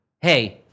hey